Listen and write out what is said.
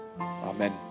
Amen